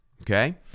Okay